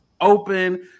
open